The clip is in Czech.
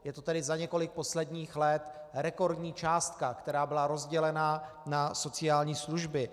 Je to tedy za několik posledních let rekordní částka, která byla rozdělena na sociální služby.